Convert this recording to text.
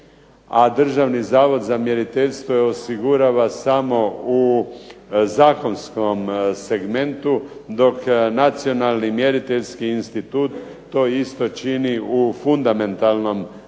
Državni zavod za mjeriteljstvo je osigurava samo u zakonskom segmentu, dok nacionalni mjeriteljski institut to isto čini u fundamentalnom